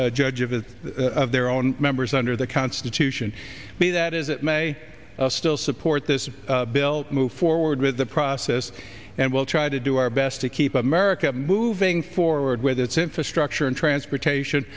the judge of his of their own members under the constitution be that as it may still support this bill move forward with the process and we'll try to do our best to keep america moving forward with its infrastructure and transportation